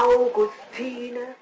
Augustine